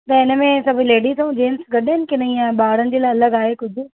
त हिनमें सभई लेडिस ऐं जेंट्स गॾु आहिनि की न ईअं ॿारनि जे लाइ अलॻि आहे कुझु